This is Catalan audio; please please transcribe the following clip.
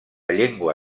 llengua